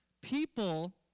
people